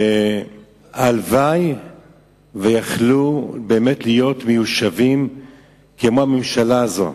שהלוואי שהיו יכולים להיות מיושבים כמו הממשלה הזאת.